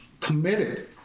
committed